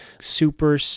super